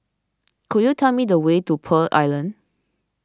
could you tell me the way to Pearl Island